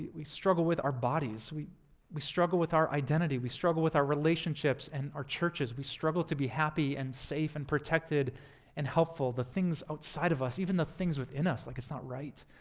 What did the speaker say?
we struggle with our bodies, we we struggle with our identity, we struggle with our relationships and our churches, we struggle to be happy and safe and protected and helpful the things outside of us, even the things within us, like it's not right.